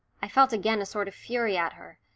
i felt again a sort of fury at her,